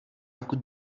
jako